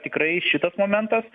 tikrai šitas momentas